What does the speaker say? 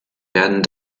werden